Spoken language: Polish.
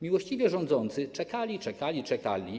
Miłościwie rządzący czekali, czekali i czekali.